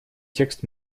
текст